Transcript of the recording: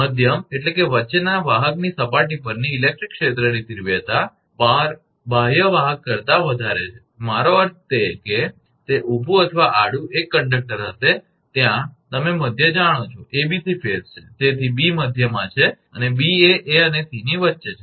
મધ્યમવચ્ચેના વાહકની સપાટી પરની ઇલેક્ટ્રિક ક્ષેત્રની તીવ્રતા બાહ્ય વાહક કરતા વધારે છે મારો અર્થ તે છે કે તે ઊભું અથવા આડું 1 કંડકટર હશે ત્યાં તમે મધ્ય જાણો છો 𝐴𝐵𝐶 ફેઝ છે તેથી 𝐵 મધ્યમાં છે અને 𝐵 એ 𝐴 અને 𝐶 ની વચ્ચે છે